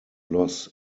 loss